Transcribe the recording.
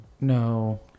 no